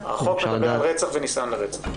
החוק מדבר על רצח וניסיון לרצח.